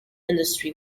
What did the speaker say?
industry